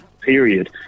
period